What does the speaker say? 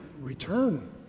return